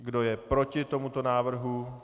Kdo je proti tomuto návrhu?